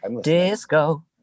Disco